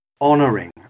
honoring